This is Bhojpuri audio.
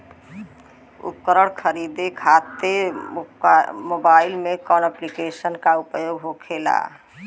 उपकरण खरीदे खाते मोबाइल में कौन ऐप्लिकेशन का उपयोग होखेला?